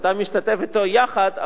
אתה משתתף אתו יחד,